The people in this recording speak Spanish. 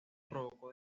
provocó